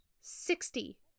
sixty